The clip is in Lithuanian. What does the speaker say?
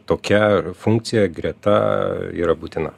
tokia funkcija greta yra būtina